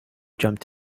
jumped